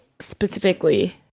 specifically